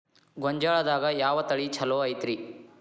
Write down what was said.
ಗೊಂಜಾಳದಾಗ ಯಾವ ತಳಿ ಛಲೋ ಐತ್ರಿ?